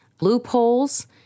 loopholes